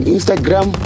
Instagram